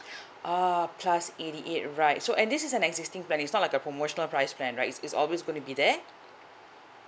uh plus eighty eight right and this is an existing planning it's not like the promotional price plan right it's it's always gonna be there